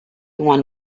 one